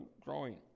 growing